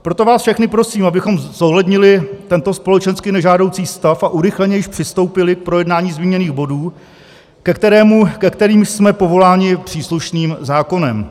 Proto vás všechny prosím, abychom zohlednili tento společensky nežádoucí stav a urychleně již přistoupili k projednání zmíněných bodů, ke kterému jsme povoláni příslušným zákonem.